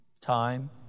time